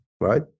right